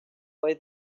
play